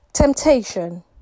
temptation